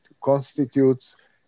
constitutes